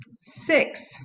Six